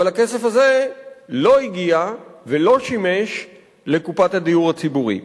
אבל הכסף הזה לא הגיע ולא שימש לקופת הדיור הציבורי.